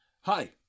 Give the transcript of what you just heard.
Hi